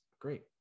Great